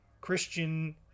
Christian